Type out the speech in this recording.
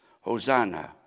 Hosanna